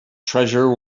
treasure